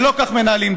ולא כך מנהלים דיון.